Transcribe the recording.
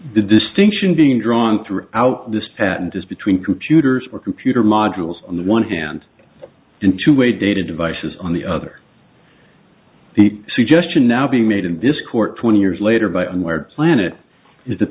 the distinction being drawn through out this patent is between computers or computer models on the one hand into a data devices on the other the suggestion now being made in this court twenty years later by where planet i